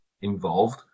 involved